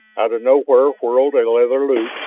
out of nowhere whirled a leather loop,